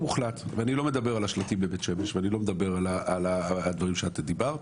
ואני לא מדבר על השלטים בבית שמש ואני לא מדבר על הדברים שאת דיברת.